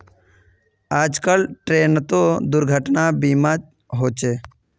आजकल ट्रेनतो दुर्घटना बीमा होचे